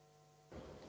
Hvala.